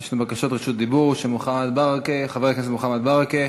יש בקשות רשות דיבור של חבר הכנסת מוחמד ברכה,